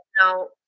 now